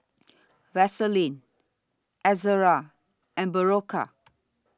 Vaselin Ezerra and Berocca